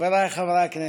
חבריי חברי הכנסת,